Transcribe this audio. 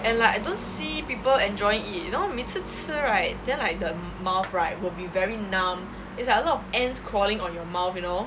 and like I don't see people enjoying it you know 每次吃 right then like the mouth right will be very numb it's like a lot of ants crawling on your mouth you know